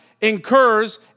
incurs